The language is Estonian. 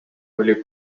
oli